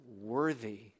worthy